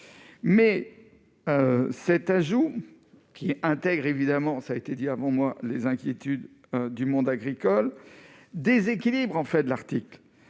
mais cet ajout qui intègre évidemment, ça a été dit avant moi, les inquiétudes du monde agricole déséquilibre en fait de l'Arctique.